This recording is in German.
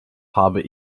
habe